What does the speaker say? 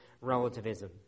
relativism